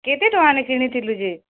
କେତେ ଟଙ୍କାରେ କିଣିଥିଲୁ ଯେ